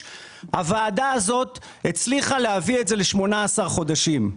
הוועדה הזו הצליחה להביא את זה ל-18 חודשים.